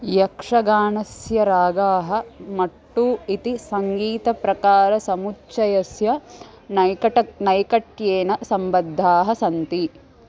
यक्षगानस्य रागाः मट्टु इति सङ्गीतप्रकारसमुच्चयस्य नैकट नैकट्येन सम्बद्धाः सन्ति